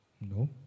No